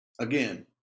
again